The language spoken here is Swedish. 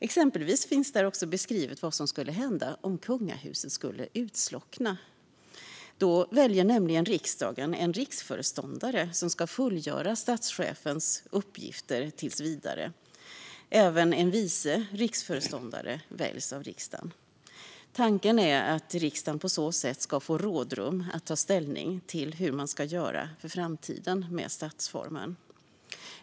Exempelvis finns där beskrivet vad som skulle hända om kungahuset skulle utslockna. Då väljer riksdagen en riksföreståndare som ska fullgöra statschefens uppgifter tills vidare. Även en vice riksföreståndare väljs av riksdagen. Tanken är att riksdagen på så sätt ska få rådrum att ta ställning till hur man ska göra för framtiden med statsformen.